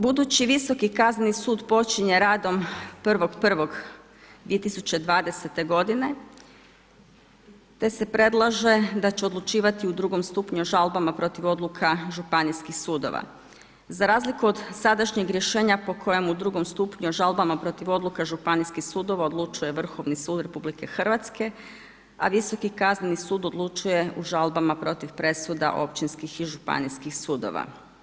Budući Visoki kazneni sud počinje radom 1.1.2020. godine te se predlaže da će odlučivati u drugom stupnju o žalbama protiv odluka županijskih sudova za razliku od sadašnjeg rješenja po kojem u drugom stupnju o žalbama protiv odluka županijskih sudova odlučuje Vrhovni sud RH, a Visoki kazneni sud odlučuje u žalbama protiv presuda općinskih i županijskih sudova.